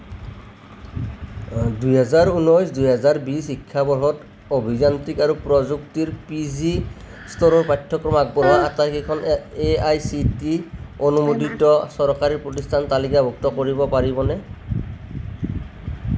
দুই হাজাৰ উনৈছ দুই হাজাৰ বিশ শিক্ষাবৰ্ষত অভিযান্ত্ৰিক আৰু প্ৰযুক্তিৰ পি জি স্তৰৰ পাঠ্যক্ৰম আগবঢ়োৱা আটাইকেইখন A I C T E অনুমোদিত চৰকাৰী প্ৰতিষ্ঠান তালিকাভুক্ত কৰিব পাৰিবনে